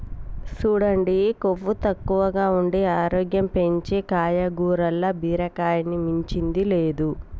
సూడండి కొవ్వు తక్కువగా ఉండి ఆరోగ్యం పెంచీ కాయగూరల్ల బీరకాయని మించింది లేదు